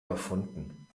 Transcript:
erfunden